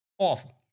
Awful